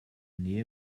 nähe